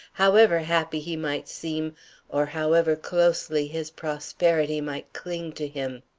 however happy he might seem or however closely his prosperity might cling to him.